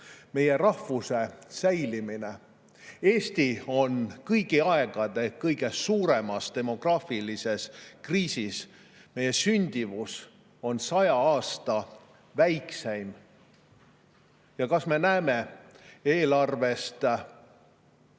Meie rahvuse säilimine. Eesti on kõigi aegade suurimas demograafilises kriisis. Meie sündimus on saja aasta väikseim. Kas me näeme eelarve